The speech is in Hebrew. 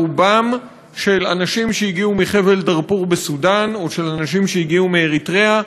רובן של אנשים שהגיעו מחבל-דארפור בסודאן או של אנשים שהגיעו מאריתריאה.